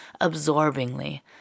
absorbingly